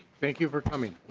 thank you for coming.